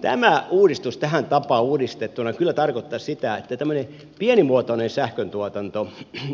tämä uudistus tähän tapaan uudistettuna kyllä tarkoittaisi sitä että tämmöinen pienimuotoinen sähköntuotanto